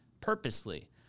purposely